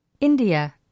India